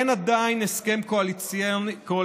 אין עדיין הסכם קואליציוני,